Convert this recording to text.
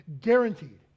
guaranteed